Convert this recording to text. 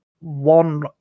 one